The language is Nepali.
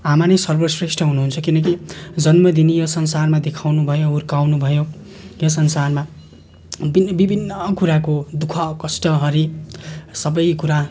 आमा नै सर्वश्रेष्ठ हुनुहुन्छ किनकि जन्मेदेखि यो संसारमा देखाउनुभयो हुर्काउनुभयो यो संसारमा विभिन्न कुराको दुःखकष्ट हरी सबै कुरा